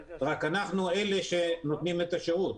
רק אנחנו אלה שנותנים את השירות.